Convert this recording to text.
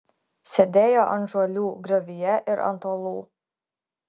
sėdėjo ant žuolių griovyje ir ant uolų